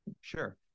Sure